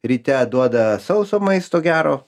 ryte duoda sauso maisto gero